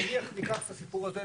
נניח ניקח את הסיפור הזה,